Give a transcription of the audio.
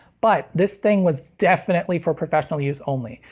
but, this thing was definitely for professional use only,